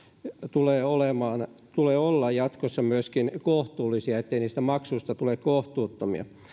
tulee olla jatkossa kohtuullisia ettei niistä maksuista tule kohtuuttomia